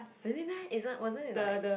really meh isn't wasn't it like